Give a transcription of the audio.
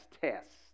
tests